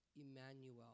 Emmanuel